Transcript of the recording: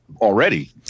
already